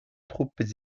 troupes